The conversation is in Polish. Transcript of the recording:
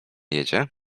jedzie